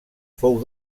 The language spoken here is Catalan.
fou